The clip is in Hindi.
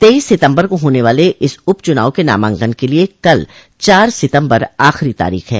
तेईस सितम्बर को होने वाले इस उपचुनाव के नामांकन के लिये कल चार सितम्बर आखिरी तारीख है